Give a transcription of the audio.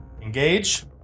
Engage